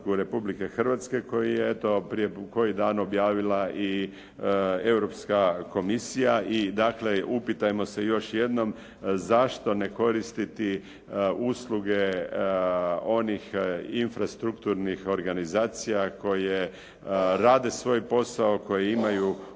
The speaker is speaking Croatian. Republike Hrvatske koji je eto prije koji dan objavila i Europska komisija i dakle upitajmo se još jednom zašto ne koristiti usluge onih infrastrukturnih organizacija koje rade svoj posao, koje imaju